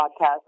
podcast